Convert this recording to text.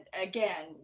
again